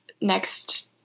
next